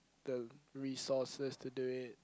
the resources to do it